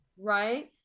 right